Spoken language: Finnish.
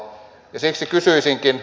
siksi kysyisinkin